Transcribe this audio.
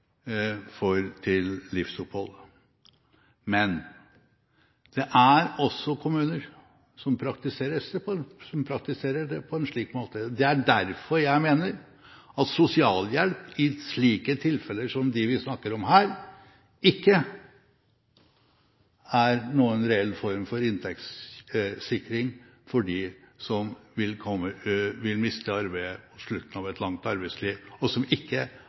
til livsopphold. Men det er også kommuner som praktiserer det på en slik måte. Det er derfor jeg mener at sosialhjelp i slike tilfeller som vi snakker om her, ikke er noen reell form for inntektssikring for dem som vil miste arbeidet på slutten av et langt arbeidsliv, og som heller ikke